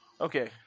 Okay